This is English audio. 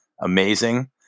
amazing